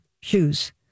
shoes